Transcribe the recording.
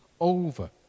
Over